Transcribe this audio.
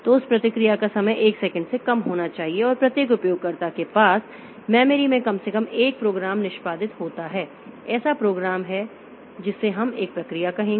तो उस प्रतिक्रिया का समय 1 सेकंड से कम होना चाहिए और प्रत्येक उपयोगकर्ता के पास मेमोरी में कम से कम 1 प्रोग्राम निष्पादित होता है ऐसा प्रोग्राम है जिसे हम एक प्रक्रिया कहेंगे